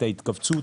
את ההתכווצות,